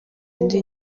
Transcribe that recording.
ndi